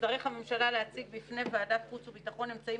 תצטרך הממשלה להציג בפני ועדת החוץ והביטחון אמצעים